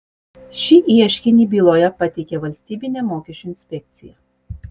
šį ieškinį byloje pateikė valstybinė mokesčių inspekcija